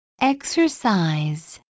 exercise